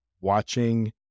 watching